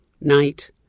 Night